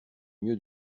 mieux